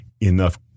enough